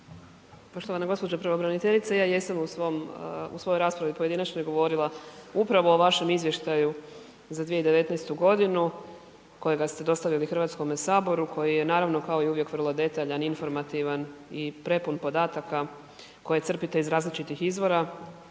Poštovana gđo. pravobraniteljice, ja jesam u svom, u svojoj raspravi pojedinačnoj govorim upravo o vašem izvještaju za 2019.godinu kojega ste dostavili HS-u koji je naravno kao i uvijek vrlo detaljan, informativan i prepun podataka koje crpite iz različitih izvora.